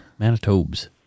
Manitobes